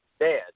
dad